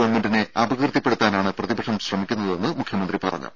ഗവൺമെന്റിനെ അപകീർത്തിപ്പെടുത്താനാണ് പ്രതിപക്ഷം ശ്രമിക്കുന്നതെന്ന് മുഖ്യമന്ത്രി പറഞ്ഞു